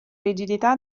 rigidità